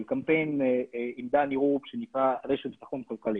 של קמפיין עם דני רופ שנקרא 'רשת ביטחון כלכלית'.